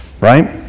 Right